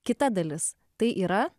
kita dalis tai yra